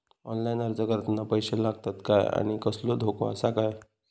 Online अर्ज करताना पैशे लागतत काय आनी कसलो धोको आसा काय?